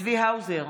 צבי האוזר,